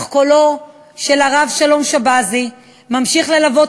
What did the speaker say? אך קולו של הרב שלום שבזי ממשיך ללוות